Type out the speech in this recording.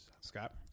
Scott